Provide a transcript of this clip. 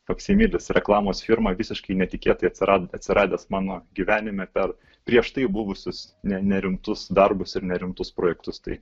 faksimilis reklamos firma visiškai netikėtai atsirado atsiradęs mano gyvenime per prieš tai buvusius ne nerimtus darbus ir nerimtus projektus tai